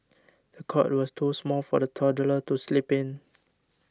the cot was too small for the toddler to sleep in